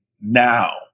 now